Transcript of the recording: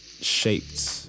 shaped